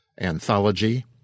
Anthology